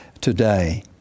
today